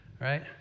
right